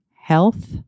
health